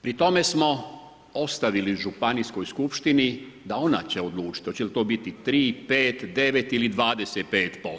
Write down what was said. Pri tome smo ostavili županijskoj skupštini da ona će odlučiti hoće li to biti 3, 5, 9 ili 25%